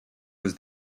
was